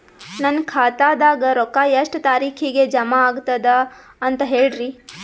ನನ್ನ ಖಾತಾದಾಗ ರೊಕ್ಕ ಎಷ್ಟ ತಾರೀಖಿಗೆ ಜಮಾ ಆಗತದ ದ ಅಂತ ಹೇಳರಿ?